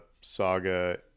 saga